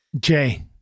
Jay